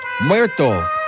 Muerto